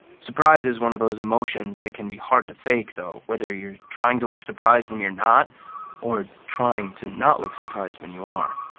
surprise is one of those emotions that can be hard to fake, though, whether you're trying to look surprised when you're not or trying to not look surprised when you are.